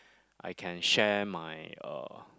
I can share my uh